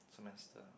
semester